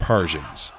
Persians